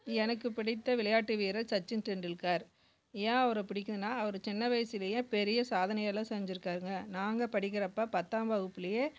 எனக்கு பிடித்த விளையாட்டு வீரர் சச்சின் டென்டுல்கர் ஏன் அவரை பிடிக்கும்னா அவர் சின்ன வயதிலயே பெரிய சாதனையெல்லாம் செஞ்சிருக்காருங்க நாங்கள் படிக்கிறப்போ பத்தாம் வகுப்பிலேயே